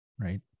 right